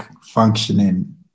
functioning